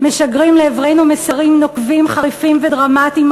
משגרים לעברנו מסרים נוקבים, חריפים ודרמטיים.